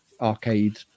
arcade